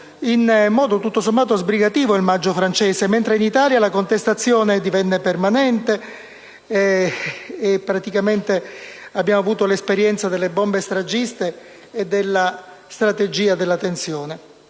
in modo, tutto sommato, sbrigativo il Maggio francese, mentre in Italia la contestazione diventava permanente e vivevamo l'esperienza delle bombe stragiste e della strategia della tensione.